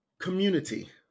Community